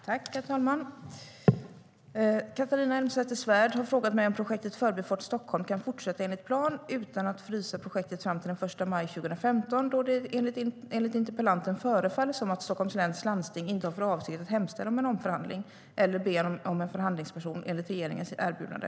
Herr talman! Catharina Elmsäter-Svärd har frågat mig om projektet Förbifart Stockholm kan fortsätta enligt plan, utan att frysa projektet fram till den 1 maj 2015, då det enligt interpellanten förefaller som att Stockholms läns landsting inte har för avsikt att hemställa om en omförhandling eller be om en förhandlingsperson enligt regeringens erbjudande.